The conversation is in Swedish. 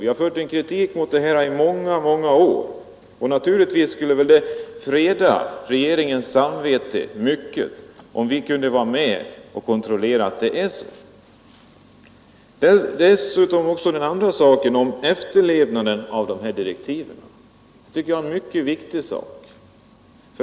Vi har riktat kritik mot åsiktsregistreringen i många år, och naturligtvis skulle det freda regeringens samvete mycket, om vi kunde vara med och kontrollera att denna registrering inte längre förekommer. Efterlevnaden av direktiven tycker jag är en mycket viktig sak.